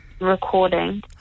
recording